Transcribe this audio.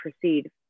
proceed